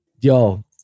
Yo